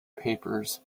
papers